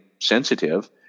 sensitive